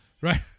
Right